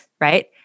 right